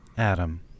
Adam